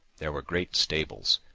there were great stables,